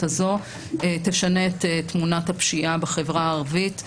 הזו תשנה את תמונת הפשיעה בחברה הערבית.